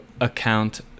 account